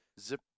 Zip